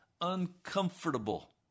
uncomfortable